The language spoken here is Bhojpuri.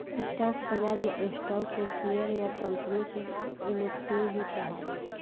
स्टॉक बाजार में स्टॉक के शेयर या कंपनी के इक्विटी भी कहाला